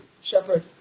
shepherd